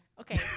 Okay